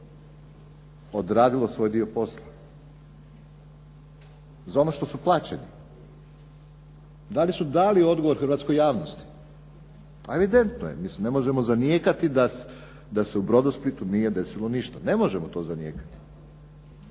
odradilo svoj dio posla za ono što su plaćeni? Da li su dali odgovor hrvatskoj javnosti. A evidentno je, mislim ne možemo zanijekati da se u Brodosplitu nije desilo ništa. Ne možemo to zanijekati.